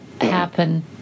happen